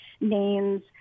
names